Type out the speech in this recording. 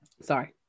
Sorry